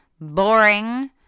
boring